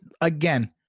again